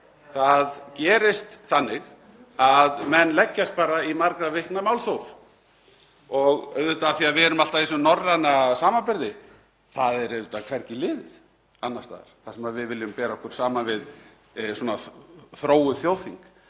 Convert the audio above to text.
Það gerist þannig að menn leggjast bara í margra vikna málþóf. Og auðvitað, af því að við erum alltaf í þessum norræna samanburði, yrði það hvergi liðið annars staðar þar sem við viljum bera okkur saman við þróuð þjóðþing